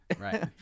Right